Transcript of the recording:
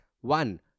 One